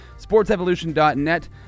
sportsevolution.net